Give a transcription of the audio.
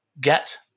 get